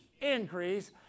increase